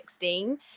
2016